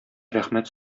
рәхмәт